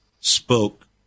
spoke